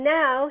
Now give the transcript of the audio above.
now